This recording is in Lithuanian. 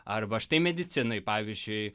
arba štai medicinoj pavyzdžiui